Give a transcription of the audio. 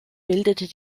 bildete